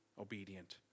obedient